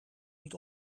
niet